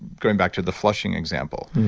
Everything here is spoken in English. going back to the flushing example,